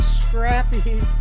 scrappy